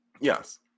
Yes